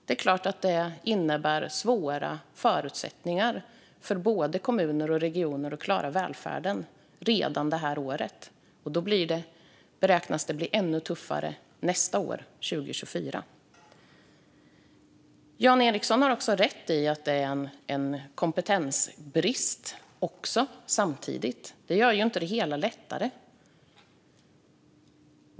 Det är klart att det innebär svåra förutsättningar för både kommuner och regioner att klara välfärden redan detta år. Och det beräknas bli ännu tuffare nästa år, 2024. Jan Ericson har rätt i att det samtidigt finns en kompetensbrist. Det gör inte det hela lättare.